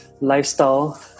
lifestyle